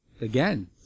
again